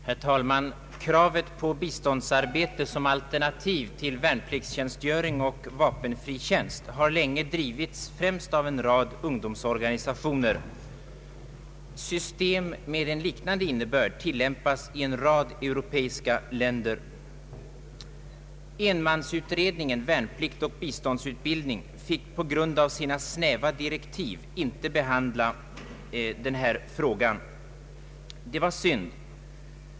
Herr talman! Kravet på biståndsarbete som alternativ till värnpliktstjänstgöring och vapenfri tjänst har länge drivits, främst av en rad ungdomsorganisationer. System av liknande innebörd tillämpas i en rad europeiska länder. Enmansutredningen Värnplikt och biståndsutbildning fick på grund av sina snäva direktiv inte behandla denna fråga. Det var synd.